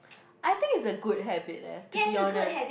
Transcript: I think is a good habit leh to be honest